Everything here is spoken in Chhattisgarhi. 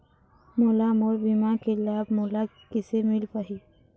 मोला मोर बीमा के लाभ मोला किसे मिल पाही?